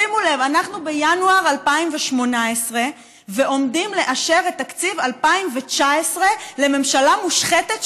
שימו לב: אנחנו בינואר 2018 ועומדים לאשר את תקציב 2019 לממשלה מושחתת,